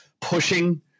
pushing